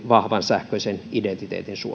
vahvan sähköisen mobiili identiteetin